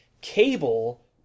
Cable